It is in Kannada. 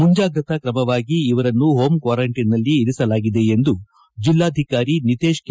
ಮುಂಜಾಗ್ರತಾ ಕ್ರಮವಾಗಿ ಇವರನ್ನು ಹೋಂ ಕ್ವಾರಂಟೈನ್ನಲ್ಲಿ ಇರಿಸಲಾಗಿದೆ ಎಂದು ಜಿಲ್ಲಾಧಿಕಾರಿ ನಿತೇಶ್ ಕೆ